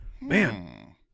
Man